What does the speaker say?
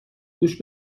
گوش